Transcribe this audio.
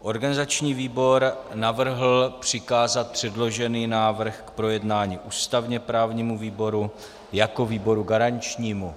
Organizační výbor navrhl přikázat předložený návrh ústavněprávnímu výboru jako výboru garančnímu.